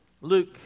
Luke